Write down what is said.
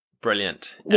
Brilliant